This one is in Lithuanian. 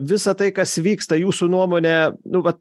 visa tai kas vyksta jūsų nuomone nu va